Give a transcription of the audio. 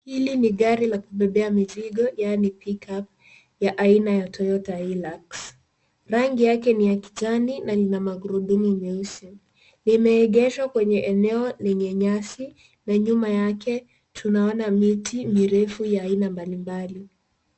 Hili ni gari la kubebea mizigo yaani Pick-up ya aina ya Toyota Hilux rangi yake ni ya kijani na ina magurudumu meusi, limeegeshwa kwenye eneo lenye nyasi na nyuma yake tunaona miti mirefu ya aina mbalimbali.